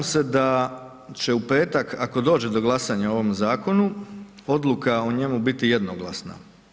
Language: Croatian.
Danas se da će u petak ako dođe do glasanja o ovom zakonu, odluka o njemu biti jednoglasna.